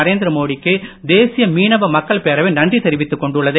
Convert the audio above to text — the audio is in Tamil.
நரேந்திரமோடிக்கு தேசிய மீனவ மக்கள் பேரவை நன்றி தெரிவித்துக் கொண்டுள்ளது